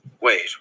Wait